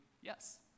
yes